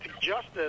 justice